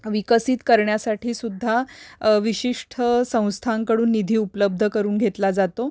विकसित करण्यासाठीसुद्धा विशिष्ठ संस्थांकडून निधी उपलब्ध करून घेतला जातो